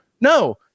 no